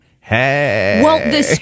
hey